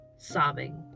sobbing